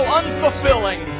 unfulfilling